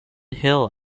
hill